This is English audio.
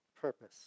purpose